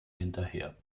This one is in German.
hinterher